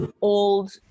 old